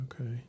Okay